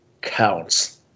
counts